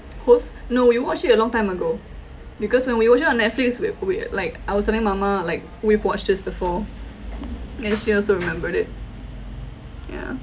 host no we watched it a long time ago because when we watched it on netflix with with like I was telling mama like we've watched this before then she also remembered it yeah